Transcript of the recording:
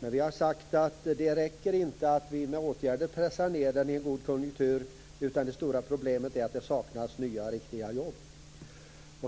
men vi har sagt att det inte räcker att vi med åtgärder pressar ned den i en god konjunktur. Det stora problemet är att det saknas nya riktiga jobb.